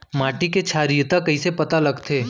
माटी के क्षारीयता कइसे पता लगथे?